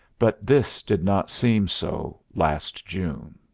but this did not seem so last june.